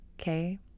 okay